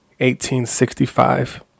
1865